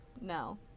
No